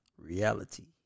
Reality